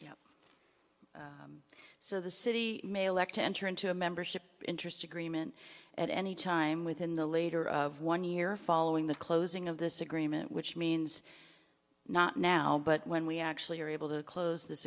so the city may elect to enter into a membership interest agreement at any time within the later of one year following the closing of this agreement which means not now but when we actually are able to close this